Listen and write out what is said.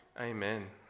amen